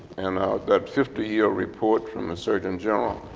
and that fifty-year report from the surgeon general.